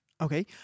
Okay